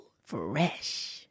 Fresh